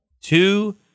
Two